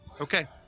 Okay